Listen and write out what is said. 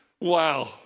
Wow